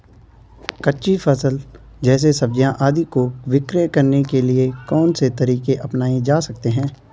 कच्ची फसल जैसे सब्जियाँ आदि को विक्रय करने के लिये कौन से तरीके अपनायें जा सकते हैं?